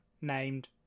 named